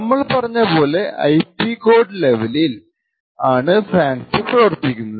നമ്മൾ പറഞ്ഞ പോലെ ഐപി കോഡ് ലെവലിൽ ആണ് FANCI പ്രവർത്തിക്കുന്നത്